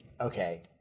okay